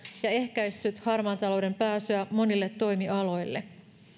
ja ehkäissyt harmaan talouden pääsyä monille toimialoille